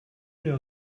know